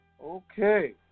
Okay